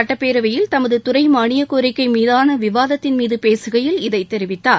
சட்டப்பேரவையில் தமது துறை மானிய கோரிக்கை மீதான விவாதத்தின் மீது பேசுகையில் இதைத் தெரிவித்தார்